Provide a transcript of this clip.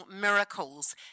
miracles